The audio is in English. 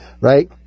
right